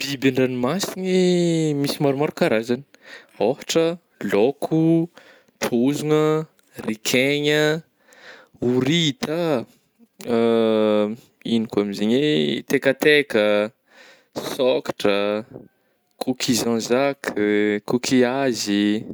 Biby an-dragnomasigny misy maromaro karazany ôhatra laôko, trôzina, rekaigna, horita ah, ino ka mo zegny eh tekateka, sôkatra, coquille jean jacques, coquillage.